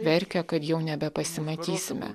verkia kad jau nebepasimatysime